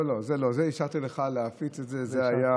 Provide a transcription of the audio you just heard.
לא, לא, זה, אישרתי לך להפיץ את זה, זה היה,